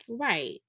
Right